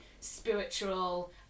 spiritual